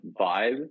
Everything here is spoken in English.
vibe